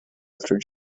after